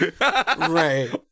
Right